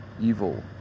evil